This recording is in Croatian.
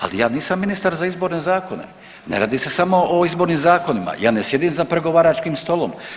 Ali ja nisam ministar za izborne zakone, ne radi se samo o izbornim zakonima, ja ne sjedim za pregovaračkim stolom.